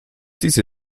diese